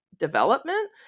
Development